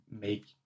make